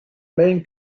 main